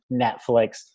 Netflix